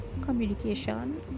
communication